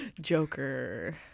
Joker